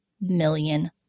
million